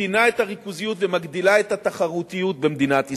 מקטינה את הריכוזיות ומגדילה את התחרותיות במדינת ישראל,